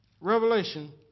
Revelation